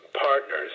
partners